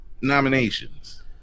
nominations